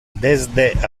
desde